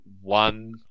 one